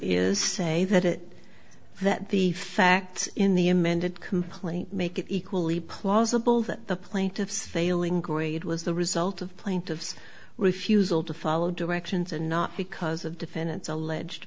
is say that that the facts in the amended complaint make it equally plausible that the plaintiff's failing grade was the result of plaintiff's refusal to follow directions and not because of defendant's alleged